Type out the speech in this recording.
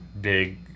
big